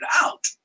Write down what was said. out